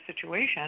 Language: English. situation